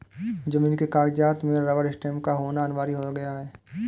जमीन के कागजात में रबर स्टैंप का होना अनिवार्य हो गया है